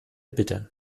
bitte